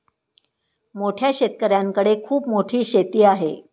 मोठ्या शेतकऱ्यांकडे खूप मोठी शेती आहे